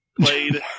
played